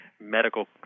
medical